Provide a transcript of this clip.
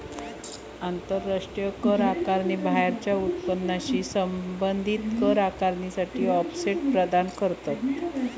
आंतराष्ट्रीय कर आकारणी बाह्य उत्पन्नाशी संबंधित कर आकारणीसाठी ऑफसेट प्रदान करता